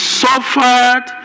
suffered